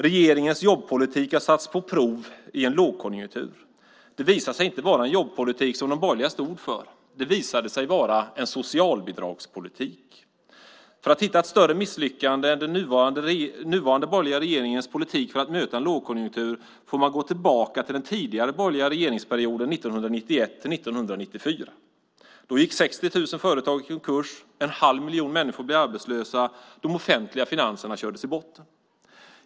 Regeringens jobbpolitik har satts på prov i en lågkonjunktur. Det visar sig inte vara en jobbpolitik som de borgerliga stod för. Det visade sig vara en socialbidragspolitik. För att hitta ett större misslyckande än den nuvarande borgerliga regeringens politik för att möta en lågkonjunktur får man gå tillbaka till den tidigare borgerliga regeringsperioden 1991-1994. Då gick 60 000 företag i konkurs, en halv miljon människor blev arbetslösa, och de offentliga finanserna kördes i botten.